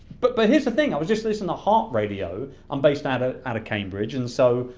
but but here's the thing, i was just listening to heart radio, i'm based out ah out of cambridge and so,